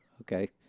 Okay